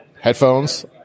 headphones